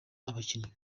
abakinnyi